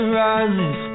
rises